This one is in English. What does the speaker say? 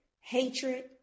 hatred